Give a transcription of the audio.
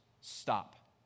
stop